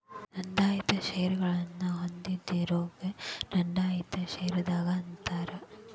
ನೋಂದಾಯಿತ ಷೇರಗಳನ್ನ ಹೊಂದಿದೋರಿಗಿ ನೋಂದಾಯಿತ ಷೇರದಾರ ಅಂತಾರ